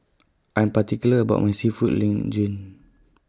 I'm particular about My Seafood Linguine